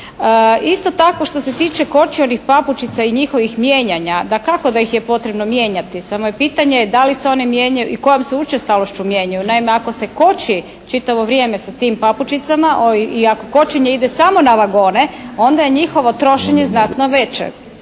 Isto tako što se tiče kočionih papučica i njihovih mijenjanja. Dakako da ih je potrebno mijenjati. Samo je pitanje da li se one mijenjaju i kojom se one učestalošću mijenjaju. Naime, ako se koči čitavo vrijeme sa tim papučicama i ako kočenje ide samo na vagone, onda je njihovo trošenje znatno veće.